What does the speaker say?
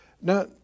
Now